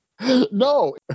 No